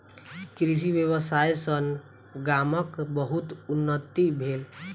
कृषि व्यवसाय सॅ गामक बहुत उन्नति भेल